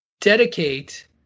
dedicate